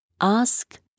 ask